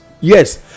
yes